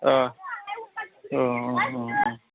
ओ अ औ